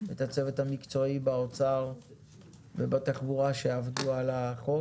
את הצוות המקצועי באוצר ובתחבורה שעבדו על החוק